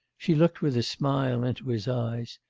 she looked with a smile into his eyes.